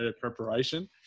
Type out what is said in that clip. preparation